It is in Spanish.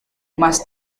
más